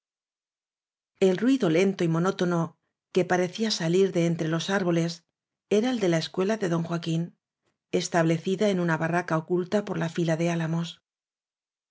el ruido lento y monótono que parecía sa lir de entre los árboles era el de la escuela de joaquín establecida en una barraca oculta por la fila de álamos